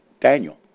Daniel